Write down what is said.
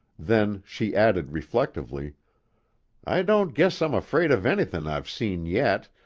then she added reflectively i don't guess i'm afraid of anythin' i've seen yet,